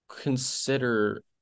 consider